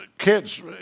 kids